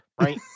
right